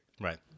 Right